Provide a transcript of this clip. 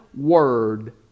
word